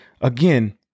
again